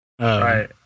right